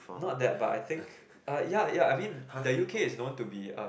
not that but I think uh ya ya I mean the U_K is known to be um